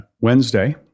Wednesday